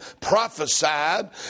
prophesied